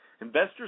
Investors